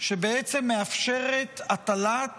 שבעצם מאפשרת הטלת